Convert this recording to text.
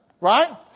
Right